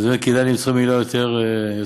אז באמת כדאי למצוא מילה יותר מתאימה.